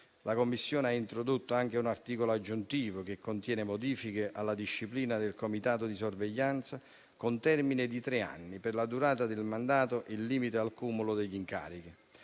La Commissione ha introdotto anche un articolo aggiuntivo, che contiene modifiche alla disciplina del comitato di sorveglianza, con termine di tre anni per la durata del mandato e il limite al cumulo degli incarichi.